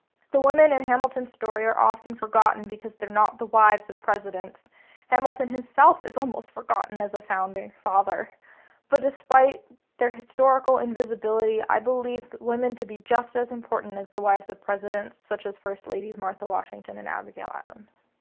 the women in and hamilton story are often forgotten because they're not the lives of presidents hamilton himself is almost forgotten as a founding father but despite their historical invisibility i believed women to be just as important as the wives of presidents such as first lady's martha washington and abigail adams